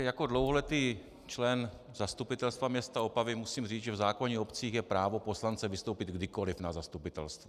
Jako dlouholetý člen zastupitelstva města Opavy musím říct, že v zákoně o obcích je právo poslance vystoupit kdykoliv na zastupitelstvu.